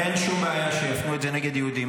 אין שום בעיה שיפנו את זה נגד יהודים.